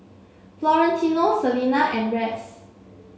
Florentino Selina and Rex